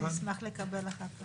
אשמח לקבל אחר כך.